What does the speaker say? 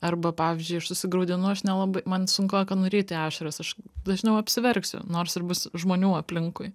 arba pavyzdžiui aš susigraudinu aš nelabai man sunkoka nuryti ašaras aš dažniau apsiverksiu nors ir bus žmonių aplinkui